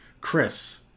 Chris